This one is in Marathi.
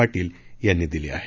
पारील यांनी दिली आहे